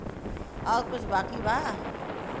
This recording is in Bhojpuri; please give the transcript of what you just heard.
और कुछ बाकी बा?